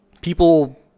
people